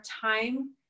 time